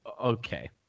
okay